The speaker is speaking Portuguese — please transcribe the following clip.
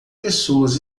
pessoas